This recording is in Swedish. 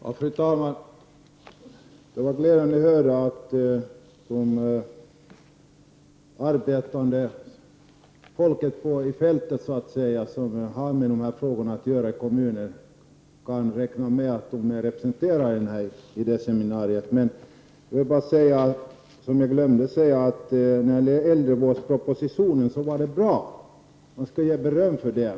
Fru talman! Det var glädjande att höra att det arbetande folket på fältet, de som arbetar med dessa frågor i kommunerna, kan räkna med att de blir representerade på de här idéseminariet. Jag vill säga att äldrevårdspropositionen var bra, jag vill ge beröm för den.